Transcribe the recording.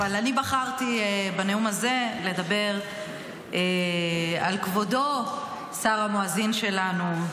אבל אני בחרתי בנאום הזה לדבר על כבודו שר המואזין שלנו,